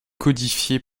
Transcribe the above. codifiée